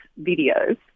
videos